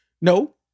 no